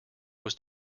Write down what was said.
was